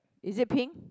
is it pink